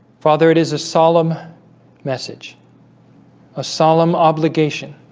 father it is a solemn message a solemn obligation